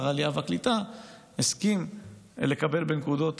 ושר העלייה והקליטה הסכים לקבל בנקודות